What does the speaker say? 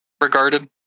Regarded